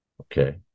Okay